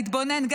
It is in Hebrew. להתבונן,